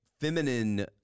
feminine